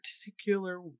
particular